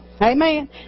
Amen